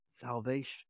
Salvation